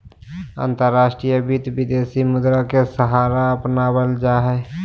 अंतर्राष्ट्रीय वित्त, विदेशी मुद्रा के सहारा अपनावल जा हई